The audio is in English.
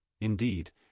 indeed